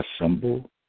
Assemble